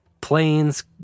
planes